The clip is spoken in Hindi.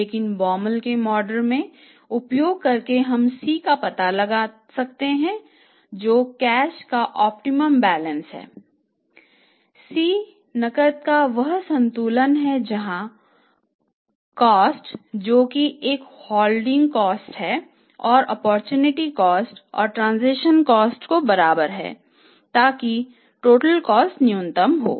लेकिन Baumol के मॉडल का उपयोग करके हम C का पता लगा सकते हैं जो कैश का ऑप्टिमम बैलेंस के बराबर है ताकि टोटल कॉस्ट न्यूनतम हो